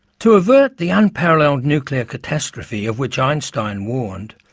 to avert the unparalleled nuclear catastrophe of which einstein warned,